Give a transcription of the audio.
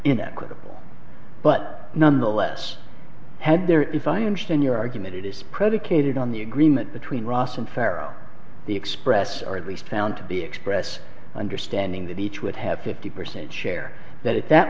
inequitable but nonetheless had there if i understand your argument it is predicated on the agreement between ross and pharaoh the express or at least found to be express understanding that each would have fifty percent share that at that